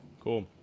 Cool